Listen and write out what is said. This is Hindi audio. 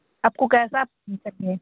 आपको कैसा